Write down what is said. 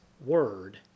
word